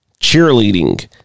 cheerleading